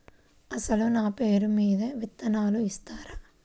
అసలు నా పేరు మీద విత్తనాలు ఇస్తారా?